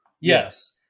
Yes